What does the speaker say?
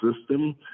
system